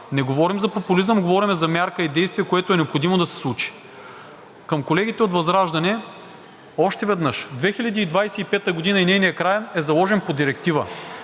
Не говорим за популизъм, говорим за мярка и действие, което е необходимо да се случи. Към колегите от ВЪЗРАЖДАНЕ. Още веднъж – 2025 г. е нейният краен срок и е заложен по директива.